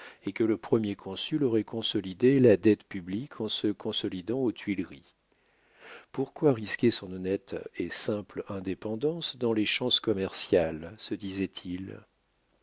et que le premier consul aurait consolidé la dette publique en se consolidant aux tuileries pourquoi risquer son honnête et simple indépendance dans les chances commerciales se disait-il